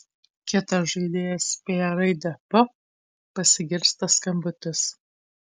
kitas žaidėjas spėja raidę p pasigirsta skambutis